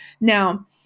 Now